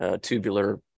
tubular